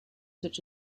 such